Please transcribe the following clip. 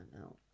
out